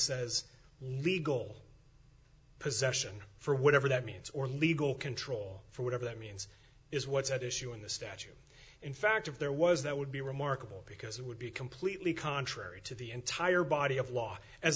says legal possession for whatever that means or legal control for whatever that means is what's at issue in the statute in fact if there was that would be remarkable because it would be completely contrary to the entire body of law a